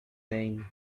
vain